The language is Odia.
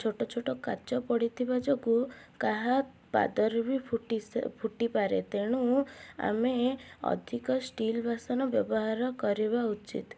ଛୋଟ ଛୋଟ କାଚ ପଡ଼ିଥିବା ଯୋଗୁଁ କାହା ପାଦରେ ବି ଫୁଟି ଫୁଟି ପାରେ ତେଣୁ ଆମେ ଅଧିକ ଷ୍ଟିଲ୍ ବାସନ ବ୍ୟବହାର କରିବା ଉଚିତ୍